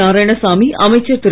Narayanasamy அமைச்சர்திரு